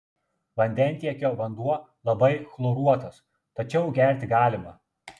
vandentiekio vanduo labai chloruotas tačiau gerti galima